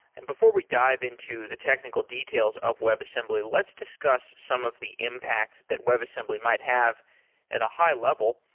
and before we dive into the technical details of webassembly, let's discuss some of the impact that webassembly might have at a high level.